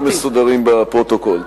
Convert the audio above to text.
שהדברים יהיו מסודרים בפרוטוקול.